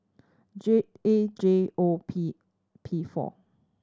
J A J O P P four